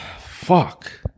fuck